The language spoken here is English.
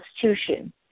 Constitution